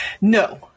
No